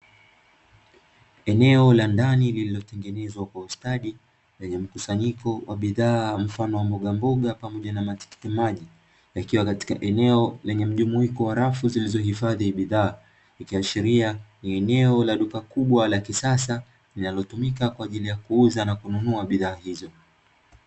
Eneo la ndani lililo tengenezwa kwa ustadi lenye mkusanyiko wa bidhaa, mfano wa mbogamboga pamoja na ma tikitikimaji yakiwa katika eneo lenye mjumuiko wa rafu zilizo hifadhi bidhaa, ikiashiria ni eneo la duka kubwa la kisasa linalo tumika kwa ajili ya kuuza na kununua bidhaa hizo.